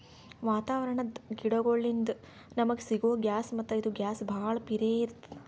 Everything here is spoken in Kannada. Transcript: ವಾತಾವರಣದ್ ಗಿಡಗೋಳಿನ್ದ ನಮಗ ಸಿಗೊ ಗ್ಯಾಸ್ ಮತ್ತ್ ಇದು ಗ್ಯಾಸ್ ಭಾಳ್ ಪಿರೇ ಇರ್ತ್ತದ